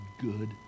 good